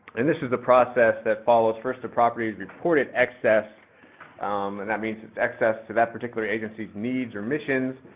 and this is the process that follows. first, a property is reported as excess and that means its excess to that particular agency's needs or missions.